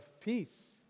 peace